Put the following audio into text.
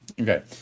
Okay